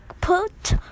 put